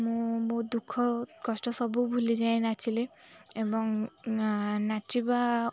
ମୁଁ ବହୁ ଦୁଃଖ କଷ୍ଟ ସବୁ ଭୁଲିଯାଏ ନାଚିଲେ ଏବଂ ନାଚିବା